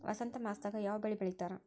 ವಸಂತ ಮಾಸದಾಗ್ ಯಾವ ಬೆಳಿ ಬೆಳಿತಾರ?